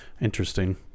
Interesting